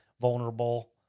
vulnerable